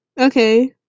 okay